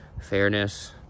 fairness